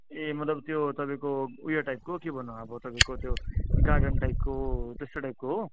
ए मतलब त्यो तपाईँको उयो टाइपको के भन्नु अब तपाईँको त्यो गार्डन टाइपको त्यस्तो टाइपको हो